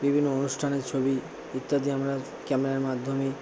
বিভিন্ন অনুষ্ঠানের ছবি ইত্যাদি আমরা ক্যামেরার মাধ্যমে